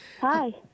Hi